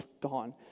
gone